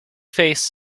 face